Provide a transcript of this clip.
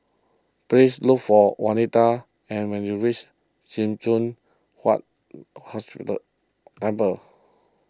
please look for Wanita and when you reach Sim Choon Huat Hospital Temple